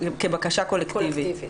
כבקשה קולקטיבית?